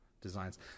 designs